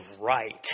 right